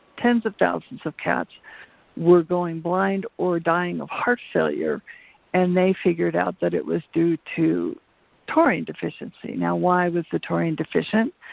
tens of thousands of cats were going blind or dying of heart failure and they figured out that it was due to taurine deficiency. now, why was the taurine deficient?